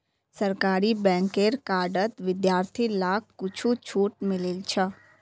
सरकारी बैंकेर कार्डत विद्यार्थि लाक कुछु छूट मिलील छ